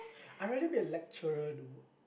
I rather be a lecturer though